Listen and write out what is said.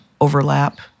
overlap